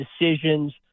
decisions